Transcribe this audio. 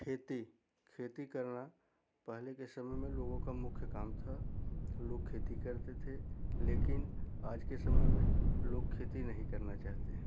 खेती खेती करना पहले के समय में लोगों का मुख्य काम था लोग खेती करते थे लेकिन आज के समय में लोग खेती नहीं करना चाहते हैं